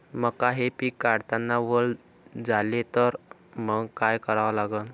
मका हे पिक काढतांना वल झाले तर मंग काय करावं लागन?